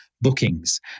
bookings